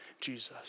Jesus